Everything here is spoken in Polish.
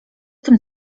tym